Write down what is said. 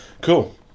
Cool